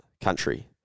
country